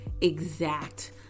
exact